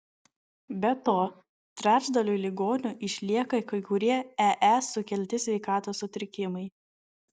be to trečdaliui ligonių išlieka kai kurie ee sukelti sveikatos sutrikimai